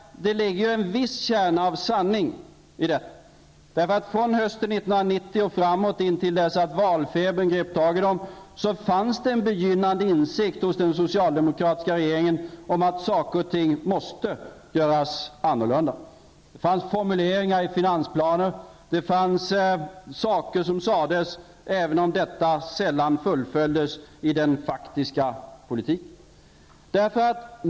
Det ligger en viss kärna av sanning i detta. Från hösten 1990 och framåt intill dess att valfebern grep tag i dem, fanns det en begynnande insikt hos den socialdemokratiska regeringen om att saker och ting måste göras annorlunda. Det fanns formuleringar i finansplaner. Det fanns saker som sades, även om de sällan fullföljdes i den faktiska politiken.